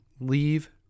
leave